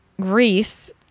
greece